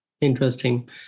Interesting